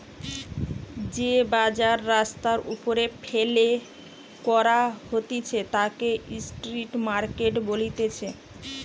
যে বাজার রাস্তার ওপরে ফেলে করা হতিছে তাকে স্ট্রিট মার্কেট বলতিছে